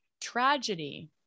Tragedy